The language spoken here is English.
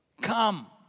Come